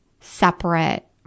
separate